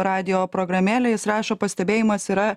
radijo programėlę jis rašo pastebėjimas yra